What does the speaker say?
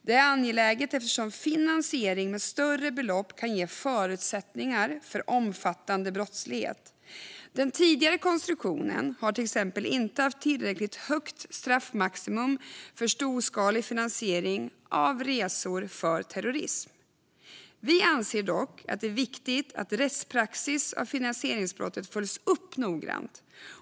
Detta är angeläget eftersom finansiering med större belopp kan ge förutsättningar för omfattande brottslighet. Den tidigare konstruktionen har till exempel inte haft tillräckligt högt straffmaximum när det gäller storskalig finansiering av resor för terrorism. Vi anser dock att det är viktigt att rättspraxis för finansieringsbrottet följs upp noggrant.